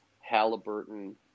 halliburton